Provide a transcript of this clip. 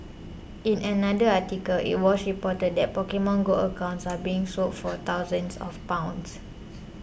in another article it was reported that Pokemon Go accounts are being sold for thousands of pounds